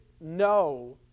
no